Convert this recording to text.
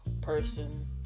person